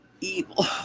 evil